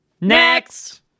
Next